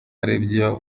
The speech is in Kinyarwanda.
aribyo